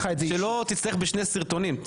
שלא תצטרך בשני סרטונים.